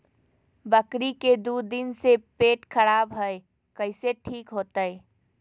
बकरी के दू दिन से पेट खराब है, कैसे ठीक होतैय?